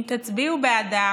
אם תצביעו בעדה